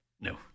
No